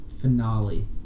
finale